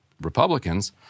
Republicans